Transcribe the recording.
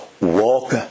walk